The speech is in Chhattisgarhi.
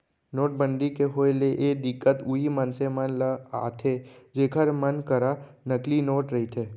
नोटबंदी के होय ले ए दिक्कत उहीं मनसे मन ल आथे जेखर मन करा नकली नोट रहिथे